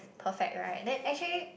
perfect right then actually